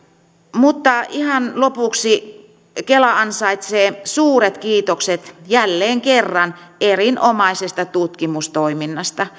ihan lopuksi kela ansaitsee suuret kiitokset jälleen kerran erinomaisesta tutkimustoiminnasta